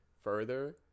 further